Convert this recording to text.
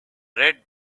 red